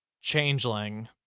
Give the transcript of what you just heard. Changeling